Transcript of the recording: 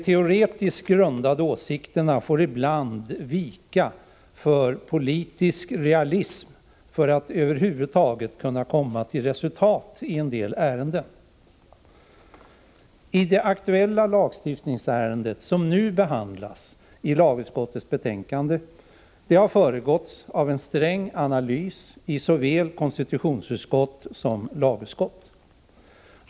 Teoretiskt grundade åsikter får ibland vika för politisk realism för att man över huvud taget skall kunna komma till resultat i en del ärenden. Det lagstiftningsärende som behandlats i det nu aktuella betänkandet från lagutskottet har föregåtts av en ingående analys i såväl konstitutionsutskott som lagutskott.